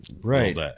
Right